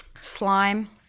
slime